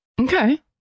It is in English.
Okay